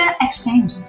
exchange